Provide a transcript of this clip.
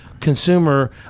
consumer